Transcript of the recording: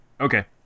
Okay